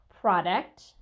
product